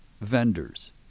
vendors